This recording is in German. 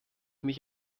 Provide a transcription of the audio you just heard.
mich